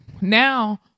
Now